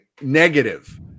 negative